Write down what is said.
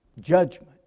judgment